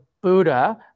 Buddha